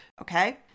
okay